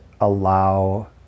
allow